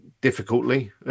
Difficultly